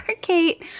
Kate